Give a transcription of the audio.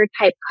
type